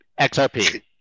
XRP